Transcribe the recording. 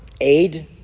aid